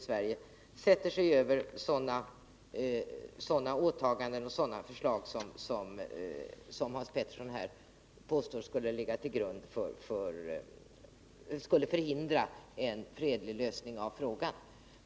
Sverige, sätter sig över sådana åtaganden och sådana förslag som Hans Petersson påstår skulle förhindra en fredlig lösning av frågan.